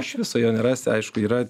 iš viso jo nerasti aišku yra